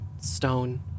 stone